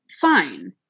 fine